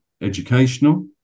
Educational